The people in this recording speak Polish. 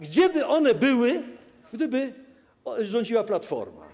Gdzie by one były, gdyby rządziła Platforma?